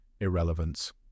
irrelevance